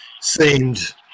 seemed